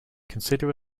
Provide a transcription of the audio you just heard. consider